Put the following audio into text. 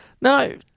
No